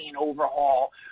overhaul